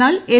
എന്നാൽ എൻ